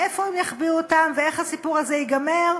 איפה הם יחביאו אותם ואיך הסיפור הזה ייגמר,